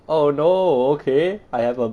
oh no okay I have a